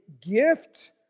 gift